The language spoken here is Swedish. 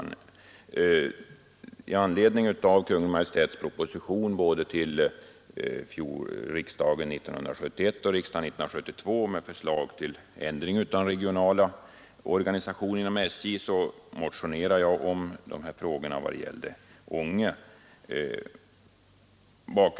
Jag har i anledning av Kungl. Maj:ts propositioner till 197 1 och 1972 års riksdagar med förslag till ändring av den regionala organisationen inom SJ motionerat om Ånges förhållanden i detta sammanhang.